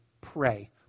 Pray